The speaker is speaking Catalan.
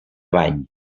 bany